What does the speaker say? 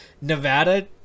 Nevada